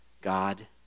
God